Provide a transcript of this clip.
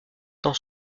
dans